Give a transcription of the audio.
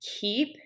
keep